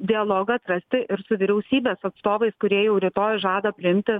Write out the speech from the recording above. dialogą atrasti ir su vyriausybės atstovais kurie jau rytoj žada priimti